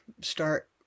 start